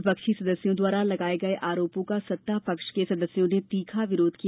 विपक्षी सदस्यों द्वारा लगाये गये आरोपों का सत्तापक्ष के सदस्यों ने तीखा विरोध किया